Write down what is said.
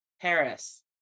Paris